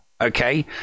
Okay